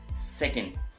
Second